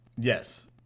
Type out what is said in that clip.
Yes